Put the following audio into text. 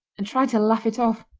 and tried to laugh it off.